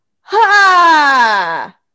Ha